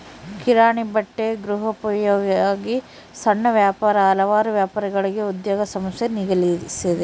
ಕಿರಾಣಿ ಬಟ್ಟೆ ಗೃಹೋಪಯೋಗಿ ಸಣ್ಣ ವ್ಯಾಪಾರ ಹಲವಾರು ವ್ಯಾಪಾರಗಾರರಿಗೆ ಉದ್ಯೋಗ ಸಮಸ್ಯೆ ನೀಗಿಸಿದೆ